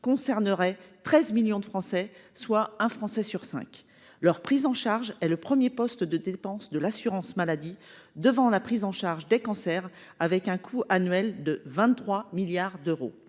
concerneraient 13 millions de Français, soit un sur cinq. Leur prise en charge est le premier poste de dépenses de l’assurance maladie, devant celle des cancers, pour un coût annuel de 23 milliards d’euros.